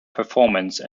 performance